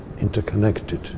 interconnected